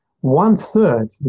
one-third